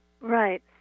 right